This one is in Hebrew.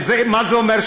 ומה זה אומר,